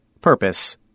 Purpose